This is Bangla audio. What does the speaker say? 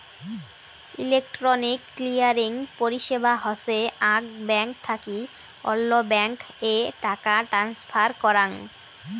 ইলেকট্রনিক ক্লিয়ারিং পরিষেবা হসে আক ব্যাঙ্ক থাকি অল্য ব্যাঙ্ক এ টাকা ট্রান্সফার করাঙ